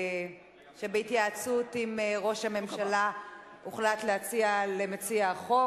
שבהתייעצות עם ראש הממשלה הוחלט להציע למציע החוק